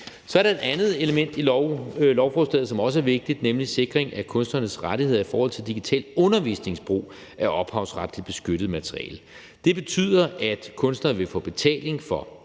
Så er der et andet element i lovforslaget, som også er vigtigt, nemlig sikring af kunstnernes rettigheder i forhold til digital undervisningsbrug af ophavsretligt beskyttet materiale. Det betyder, at kunstnere vil få betaling for